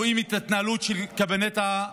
אבל אנחנו רואים את ההתנהלות של קבינט המלחמה: